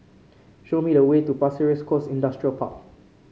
show me the way to Pasir Ris Coast Industrial Park